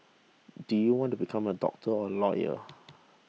do you want to become a doctor or a lawyer